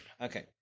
okay